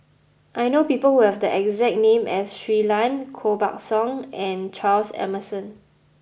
I know people who have the exact name as Shui Lan Koh Buck Song and Charles Emmerson